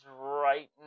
right